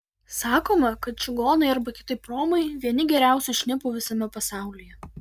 sakoma kad čigonai arba kitaip romai vieni geriausių šnipų visame pasaulyje